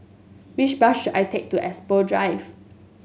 which bus should I take to Expo Drive